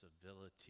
civility